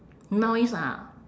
noise ah